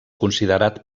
considerat